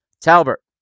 Talbert